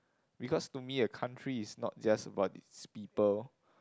because to me a country is not just about it's people